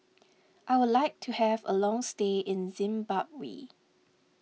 I would like to have a long stay in Zimbabwe